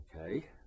okay